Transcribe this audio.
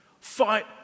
Fight